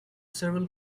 several